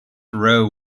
row